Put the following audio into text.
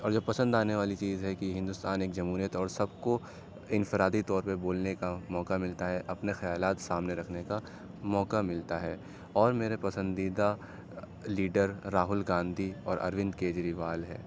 اور جو پسند آنے والی چیز ہے کہ ہندوستان ایک جمہوریت اور سب کو انفرادی طور پہ بولنے کا موقع ملتا ہے اپنے خیالات سامنے رکھنے کا موقع ملتا ہے اور میرے پسندیدہ لیڈر راہل گاندھی اور اروند کیجریوال ہے